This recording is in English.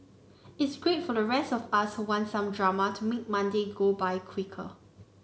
it's great for the rest of us who want some drama to make Monday go by quicker